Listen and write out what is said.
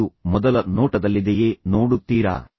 ಇದು ಮೊದಲ ನೋಟದಲ್ಲಿದೆಯೇ ನೋಡುತ್ತೀರಾ